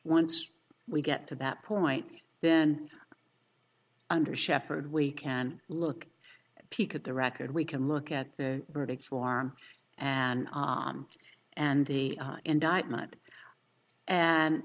once we get to that point then under shepherd we can look peek at the record we can look at the verdict form and and the indictment and